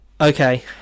Okay